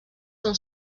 són